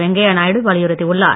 வெங்கய்ய நாயுடு வலியுறுத்தியுள்ளார்